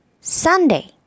Sunday